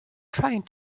trying